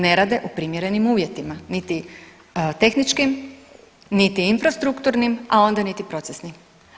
Ne rade u primjerenim uvjetima niti tehničkim, niti infrastrukturnim, a onda niti procesnim.